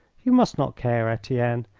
you must not care, etienne.